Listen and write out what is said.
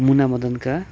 मुनामदनका